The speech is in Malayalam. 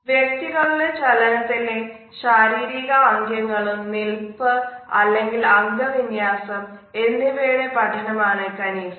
വ്യക്തികളുടെ ചലനത്തിലെ ശാരീരിക ആംഗ്യങ്ങളും നിൽപ് അല്ലെങ്കിൽ അംഗവിന്യാസം എന്നിവയുടെ പഠനമാണ് കനീസിക്സ്